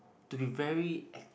to be very